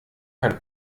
kann